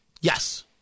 Yes